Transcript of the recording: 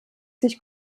sich